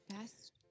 Best